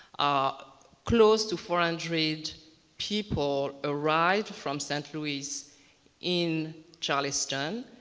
ah close to four hundred people arrived from saint-louis in charleston.